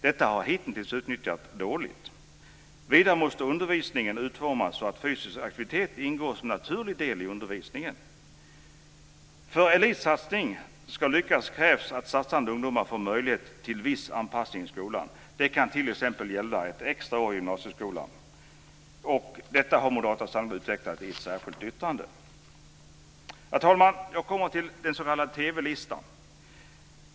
Detta har hitintills utnyttjats dåligt. Vidare måste undervisningen utformas så att fysisk aktivitet ingår som en naturlig del i undervisningen. För att en elitsatsning ska lyckas krävs att satsande ungdomar får möjlighet till viss anpassning i skolan. Det kan t.ex. gälla ett extra år i gymnasieskolan. Detta har Moderata samlingspartiet utvecklat i ett särskilt yttrande. Fru talman! Jag kommer så till den s.k. TV-listan.